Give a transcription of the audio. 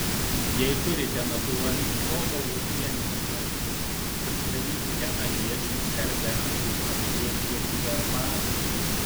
jei turite natūralių sodo uogienių atsargų pasidarykite aviečių serbentų ar liepžiedžių arbatų